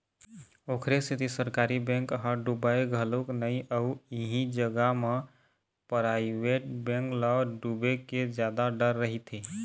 ओखरे सेती सरकारी बेंक ह डुबय घलोक नइ अउ इही जगा म पराइवेट बेंक ल डुबे के जादा डर रहिथे